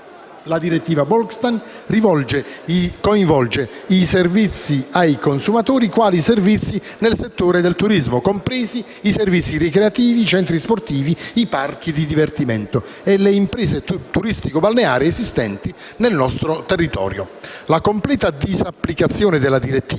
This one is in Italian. La direttiva Bolkestein coinvolge «i servizi ai consumatori, quali i servizi nel settore del turismo, compresi i servizi ricreativi, i centri sportivi, i parchi di divertimento» e le imprese turistico-balneari esistenti nel nostro territorio. La completa disapplicazione della direttiva